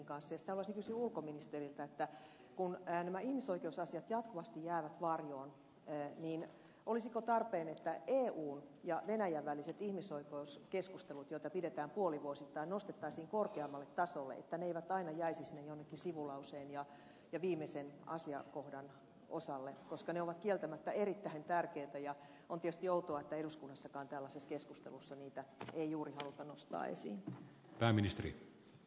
sitten haluaisin kysyä ulkoministeriltä että kun nämä ihmisoikeusasiat jatkuvasti jäävät varjoon niin olisiko tarpeen että eun ja venäjän väliset ihmisoikeuskeskustelut joita pidetään puolivuosittain nostettaisiin korkeammalle tasolle että ne eivät aina jäisi sinne jonnekin sivulauseen ja viimeisen asiakohdan osalle koska ne ovat kieltämättä erittäin tärkeitä ja on tietysti outoa että eduskunnassakaan tällaisessa keskustelussa niitä ei juuri haluta nostaa esiin